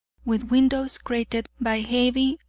with windows crated by heavy,